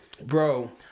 Bro